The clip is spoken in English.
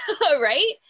right